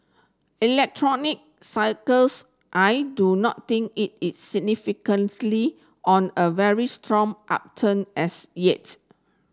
electronic cycles I do not think it is significantly on a very strong upturn as yet